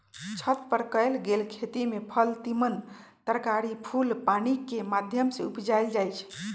छत पर कएल गेल खेती में फल तिमण तरकारी फूल पानिकेँ माध्यम से उपजायल जाइ छइ